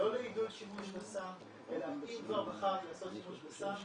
לא לעידוד שימוש בסם אלא אם כבר בחרת לעשות שימוש בסם,